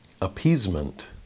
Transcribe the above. appeasement